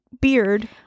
beard